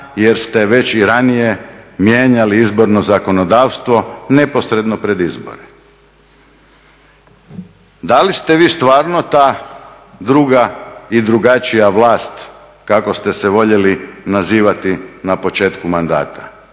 jer ste već i ranije mijenjali izborno zakonodavstvo neposredno pred izbore. Da li ste vi stvarno ta druga i drugačija vlast kako ste se voljeli nazivati na početku mandata?